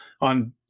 on